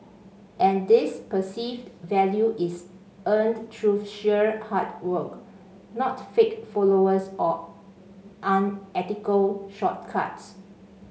and this perceived value is earned through sheer hard work not fake followers or unethical shortcuts